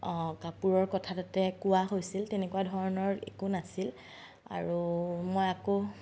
কাপোৰৰ কথা তাতে কোৱা হৈছিল তেনেকুৱা ধৰণৰ একো নাছিল আৰু মই আকৌ